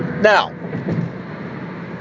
Now